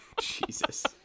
Jesus